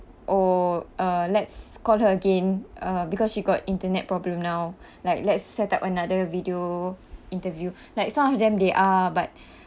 oh uh let's call her again uh because she got internet problem now like let's set up another video interview like some of them they are but